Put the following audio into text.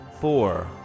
four